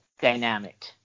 dynamic